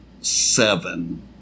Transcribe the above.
seven